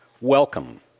welcome